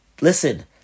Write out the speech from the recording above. listen